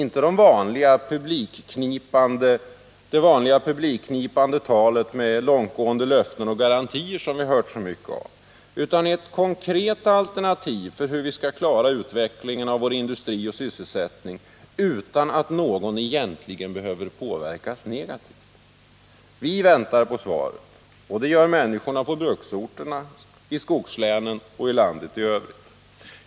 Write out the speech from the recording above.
Vi vill inte höra det vanliga publikknipande talet med långtgående löften och garantier som vi hört så mycket av, utan vi är intresserade av ert konkreta alternativ för hur vi skall klara utvecklingen av vår industri och sysselsättning utan att någon egentligen behöver påverkas negativt. Vi väntar på svaret, och det gör även människorna på bruksorterna, iskogslänen och i landet i övrigt.